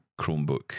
Chromebook